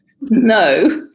no